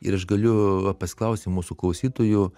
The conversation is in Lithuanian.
ir aš galiu va pasiklausti mūsų klausytojų